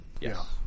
Yes